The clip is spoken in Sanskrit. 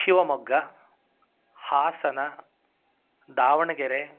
शिवमोग्गा हासन दावणगेरे